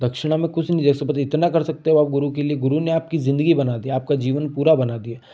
दक्षिणा में कुछ नहीं दे सकते बस इतना कर सकते हो आप गुरू के लिए गुरू ने आपकी ज़िंदगी बना दी आपका जीवन पूरा बना दिया